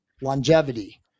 longevity